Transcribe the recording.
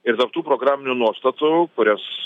ir tarp tų programinių nuostatų kurias